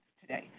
today